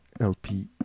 LP